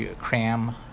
cram